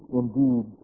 indeed